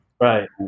right